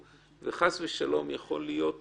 וחס ושלום יכול להיות אסון,